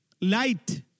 light